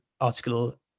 article